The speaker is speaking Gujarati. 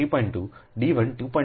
2 d 1 2